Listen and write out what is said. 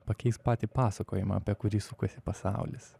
pakeisk patį pasakojimą apie kurį sukasi pasaulis